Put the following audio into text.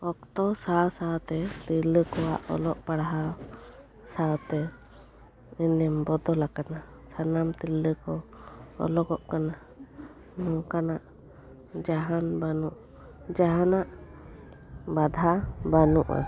ᱚᱠᱛᱚ ᱥᱟᱶ ᱥᱟᱶᱛᱮ ᱛᱤᱨᱞᱟᱹ ᱠᱚᱣᱟᱜ ᱚᱞᱚᱜ ᱯᱟᱲᱦᱟᱣ ᱥᱟᱶᱛᱮ ᱮᱱᱮᱢ ᱵᱚᱫᱚᱞ ᱟᱠᱟᱱᱟ ᱥᱟᱱᱟᱢ ᱛᱤᱨᱞᱟᱹᱠᱩ ᱚᱞᱚᱠᱚᱜ ᱠᱟᱱᱟ ᱱᱚᱝᱠᱟᱱᱟᱜ ᱡᱟᱦᱟᱱ ᱵᱟᱹᱱᱩᱜ ᱡᱟᱦᱟᱱᱟᱜ ᱵᱟᱫᱷᱟ ᱵᱟᱹᱱᱩᱜᱼᱟ